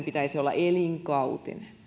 pitäisi olla elinkautinen